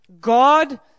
God